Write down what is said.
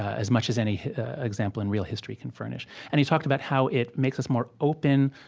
as much as any example in real history can furnish? and he talked about how it makes us more open,